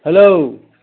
hello